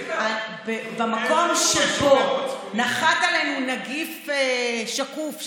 במקום שבו נחת עלינו נגיף שקוף,